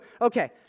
okay